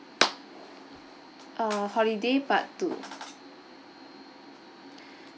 err holiday part two